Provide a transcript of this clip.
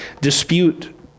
dispute